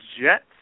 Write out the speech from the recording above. Jets